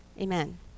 Amen